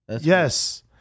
Yes